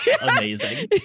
Amazing